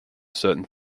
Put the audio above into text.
certain